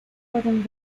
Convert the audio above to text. pueden